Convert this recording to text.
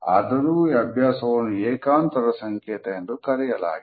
ಆದರೂ ಈ ಅಭ್ಯಾಸವನ್ನು ಏಕಾಂತದ ಸಂಕೇತ ಎಂದು ಕರೆಯಲಾಗಿದೆ